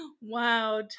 wow